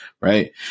Right